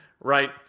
right